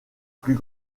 plus